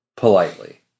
politely